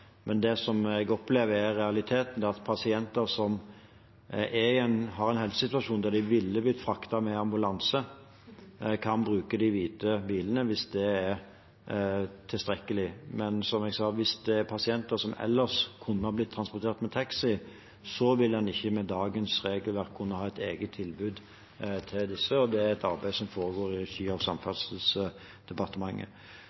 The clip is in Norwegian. Men jeg opplever i realiteten at pasienter som har en helsesituasjon der de ville blitt fraktet med ambulanse, kan bruke de hvite bilene hvis det er tilstrekkelig. Men som jeg sa, hvis det er pasienter som ellers kunne blitt transportert med taxi, vil en ikke med dagens regelverk kunne ha et eget tilbud til dem. Det er et arbeid som foregår i regi av